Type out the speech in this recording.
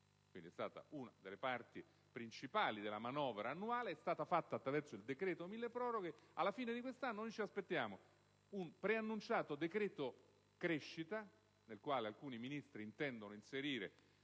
quindi, una delle parti principali della manovra annuale è stata fatta attraverso il decreto milleproroghe. Alla fine di quest'anno ci aspettiamo un preannunciato decreto-crescita, nel quale alcuni Ministri intendono inserire